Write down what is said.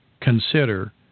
consider